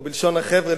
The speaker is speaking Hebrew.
או בלשון החבר'ה,